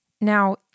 Now